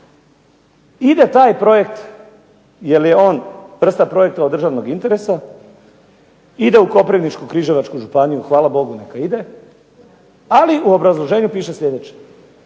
Ide taj projekt jer je on vrsta projekta od državnog interesa, ide u Koprivničko-križevačku županiju, hvala Bogu neka ide, ali u obrazloženju piše sljedeće: